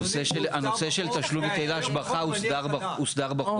הנושא של תשלום היטל ההשבחה הוסדר בחוק,